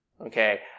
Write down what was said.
okay